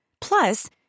Plus